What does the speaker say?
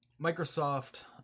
Microsoft